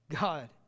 God